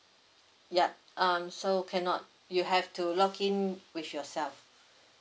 yup um so cannot you have to login with yourself